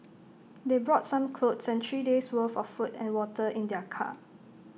they brought some clothes and three days' worth of food and water in their car